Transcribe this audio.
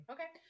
Okay